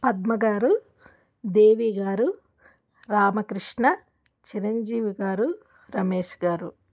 పద్మ గారు దేవీ గారు రామక్రిష్ణ చిరంజీవి గారు రమేష్ గారు